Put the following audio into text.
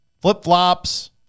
flip-flops